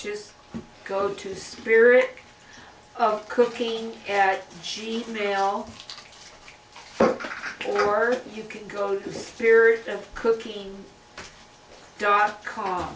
just go to the spirit of cooking she male or you can go on the spirit of cooking dot com